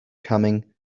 coming